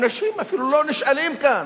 אנשים אפילו לא נשאלים כאן.